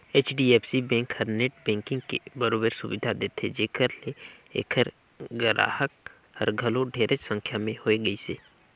HDFC bank हर net banking के बरोबर सुबिधा देथे जेखर ले ऐखर गराहक हर घलो ढेरेच संख्या में होए गइसे